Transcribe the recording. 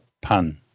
pun